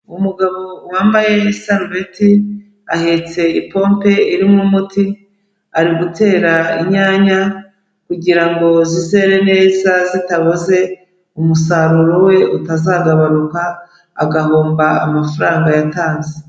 Umugabo wambaye isabeti ahetse ipompe irimo umuti, ari gutera inyanya kugira ngo zizere neza zitaboze, umusaruro we utazagabanuka agahomba amafaranga yatanze.